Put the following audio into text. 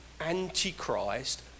anti-christ